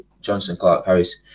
Johnson-Clark-Harris